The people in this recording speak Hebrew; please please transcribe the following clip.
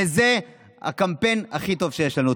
וזה הקמפיין הכי טוב שיש לנו.